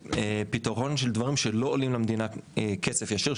פתרון של דברים שלא עולים למדינה כסף ישיר,